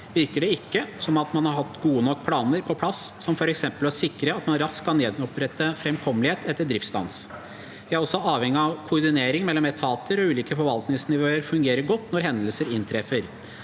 virker det ikke som at man har hatt gode nok planer på plass som for eksempel å sikre at man raskt kan gjenopprette framkommelighet etter driftsstans. Vi er også avhengige av at koordineringen mellom etater og ulike forvaltningsnivåer fungerer godt når hendelser inntreffer.